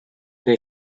they